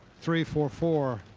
three, four, four,